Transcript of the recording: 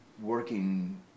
working